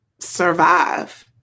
survive